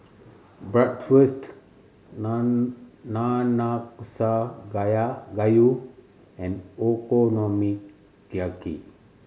Bratwurst Nun Nanakusa gayu and Okonomiyaki